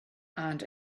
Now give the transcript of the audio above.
and